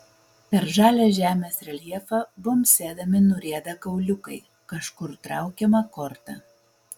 per žalią žemės reljefą bumbsėdami nurieda kauliukai kažkur traukiama korta